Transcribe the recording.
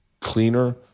cleaner